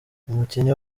umukinnyi